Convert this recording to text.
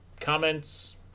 comments